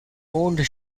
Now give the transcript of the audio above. owned